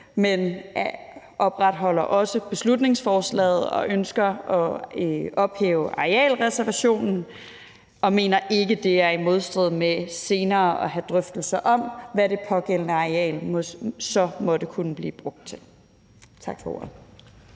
men opretholder også beslutningsforslaget, ønsker at ophæve arealreservationen og mener ikke, at det er i modstrid med senere at have drøftelser om, hvad det pågældende areal så måtte kunne blive brugt til. Tak for ordet.